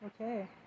Okay